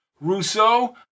Rousseau